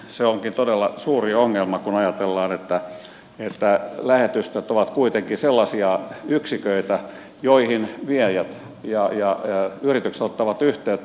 se onkin todella suuri ongelma kun ajatellaan että lähetystöt ovat kuitenkin sellaisia yksiköitä joihin viejät ja yritykset ottavat yhteyttä